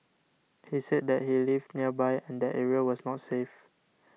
he said that he lived nearby and that area was not safe